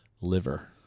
liver